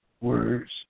words